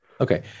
Okay